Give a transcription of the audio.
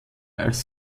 als